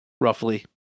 Roughly